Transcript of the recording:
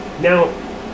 now